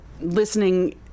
listening